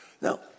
Now